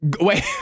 Wait